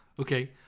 Okay